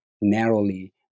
narrowly